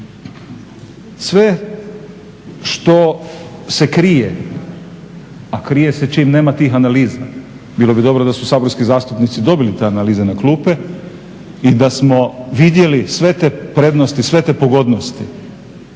Sve što se krije, a krije se čim nema tih analiza, bilo bi dobro da su saborski zastupnici dobili te analize na klupe i da smo vidjeli sve te prednosti i sve te pogodnosti.